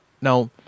Now